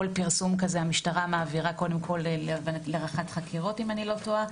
כל פרסום כזה המשטרה מעבירה קודם כל להערכת חקירות אם אני לא טועה.